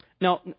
Now